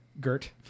Gert